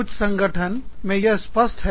कुछ संगठन में यह अधिक स्पष्ट है